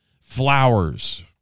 flowers